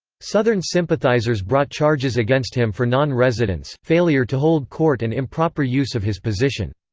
southern sympathizers brought charges against him for non-residence, failure to hold court and improper use of his position.